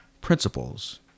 principles